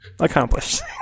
accomplished